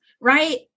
Right